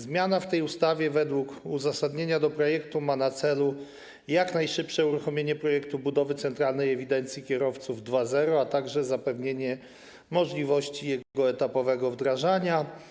Zmiana w tej ustawie według uzasadnienia projektu ma na celu jak najszybsze uruchomienie projektu budowy centralnej ewidencji kierowców 2.0, a także zapewnienie możliwości jego etapowego wdrażania.